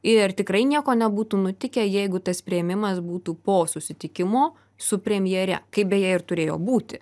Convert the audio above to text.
ir tikrai nieko nebūtų nutikę jeigu tas priėmimas būtų po susitikimo su premjere kaip beje ir turėjo būti